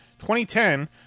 2010